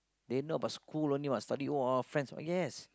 then not about school only what study !wah! friends oh yes